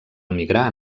emigrar